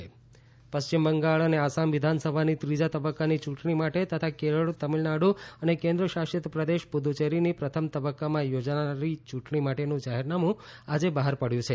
ચૂંટણી પશ્ચિમ બંગાળ અને આસામ વિધાનસભાની ત્રીજા તબક્કાની યૂંટણી માટે તથા કેરળ તમિળનાડુ અને કેન્દ્ર શાસિત પ્રદેશ પુદુચેરીની પ્રથમ તબક્કામાં યોજાનારી ચૂંટણી માટેનું જાહેરનામું આજે બહાર પડ્યું છે